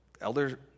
elder